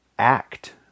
Act